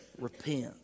repent